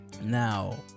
Now